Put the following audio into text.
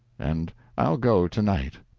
and i'll go to-night.